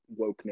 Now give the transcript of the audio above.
wokeness